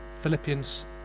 Philippians